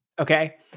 okay